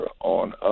on